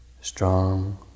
strong